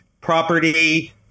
property